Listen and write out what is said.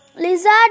lizard